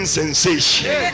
sensation